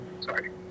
Sorry